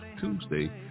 Tuesday